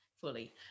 fully